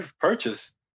purchase